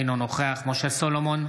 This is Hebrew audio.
אינו נוכח משה סולומון,